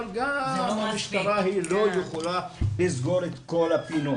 אבל גם המשטרה לא יכולה לסגור את כל הפינות,